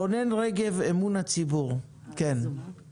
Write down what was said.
רונן רגב כביר מאמון הציבור בזום.